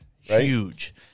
Huge